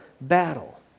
battle